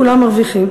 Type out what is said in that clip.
כולם מרוויחים.